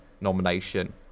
nomination